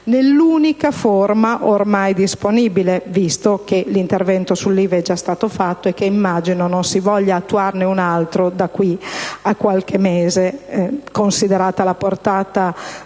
nell'unica forma ormai disponibile, visto che l'intervento sull'IVA è stato già fatto e che immagino non si voglia attuarne un altro da qui a qualche mese, considerata la portata